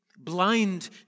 blind